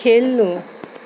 खेल्नु